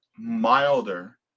milder